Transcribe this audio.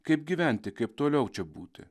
kaip gyventi kaip toliau čia būti